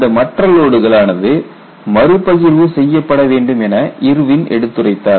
இந்த மற்ற லோடுகள் ஆனது மறுபகிர்வு செய்ய பட வேண்டும் என இர்வின் எடுத்துரைத்தார்